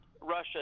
Russia